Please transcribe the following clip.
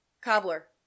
Cobbler